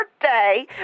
birthday